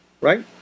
Right